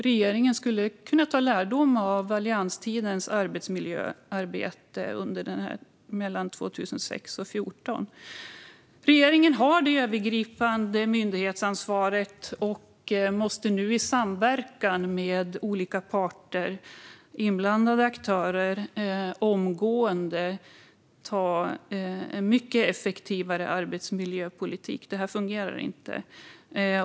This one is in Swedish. Regeringen skulle kunna dra lärdom av allianstidens arbetsmiljöarbete under tiden mellan 2006 och 2014. Regeringen har det övergripande myndighetsansvaret och måste i samverkan med olika parter, inblandade aktörer, omgående ha en mycket effektivare arbetsmiljöpolitik. Detta fungerar inte.